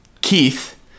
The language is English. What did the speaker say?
Keith